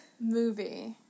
movie